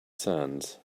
sands